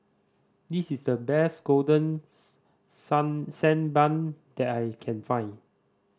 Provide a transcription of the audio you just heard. this is the best golden sun sand bun that I can find